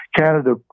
canada